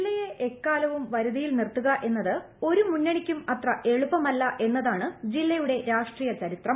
ജില്ലയെ എക്കാലവും വരുതിയിൽനിർത്തുക എന്നത് ഒരു മുന്നണിക്കും അത്ര എളുപ്പമല്ല എന്നതാണ് ജില്ലയുടെ രാഷ്ട്രീയ ചരിത്രം